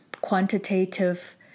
quantitative